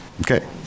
Okay